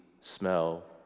smell